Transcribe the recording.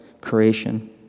creation